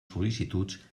sol·licituds